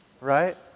right